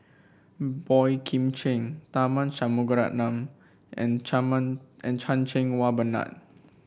Boey Kim Cheng Tharman Shanmugaratnam and Chan and Chan Cheng Wah Bernard